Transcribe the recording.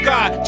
God